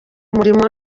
umurimo